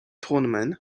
tournament